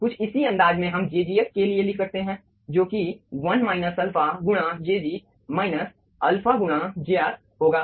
कुछ इसी अंदाज में हम jgf के लिए लिख सकते हैं जो कि 1 अल्फा गुणा jg माइनस अल्फा गुणा jr होगा